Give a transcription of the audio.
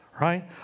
right